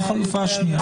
החלופה השנייה.